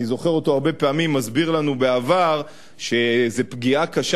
אני זוכר אותו הרבה פעמים מסביר לנו בעבר שזה פגיעה קשה